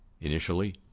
Initially